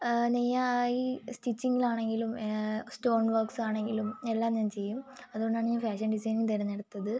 സ്റ്റിച്ചിംങ്ങിലാണെങ്കിലും stone works ആണെങ്കിലും എല്ലാം ഞാൻ ചെയ്യും അതുകൊണ്ടാണ് ഞാൻ ഫാഷൻ ഡിസൈനിംങ്ങ് തിരഞ്ഞെടുത്തത്